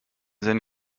then